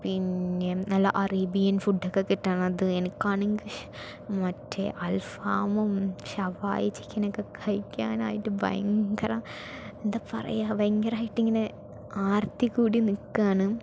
പിന്നെ നല്ല Arabian food ഒക്കെ കിട്ടുന്നത് എനിക്കാണെങ്കിൽ മറ്റേ അൽ ഫാമും ഷവായി ചിക്കനൊക്കെ കഴിക്കാനായിട്ട് ഭയങ്കര എന്താ പറയുക ഭയങ്കരമായിട്ട് ഇങ്ങനെ ആർത്തി കൂടി നിൽക്കുകയാണ്